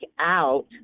out